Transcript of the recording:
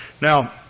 Now